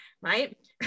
right